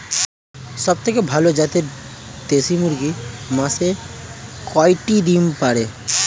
সবথেকে ভালো জাতের দেশি মুরগি মাসে কয়টি ডিম পাড়ে?